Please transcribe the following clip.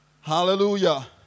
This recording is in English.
hallelujah